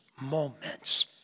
moments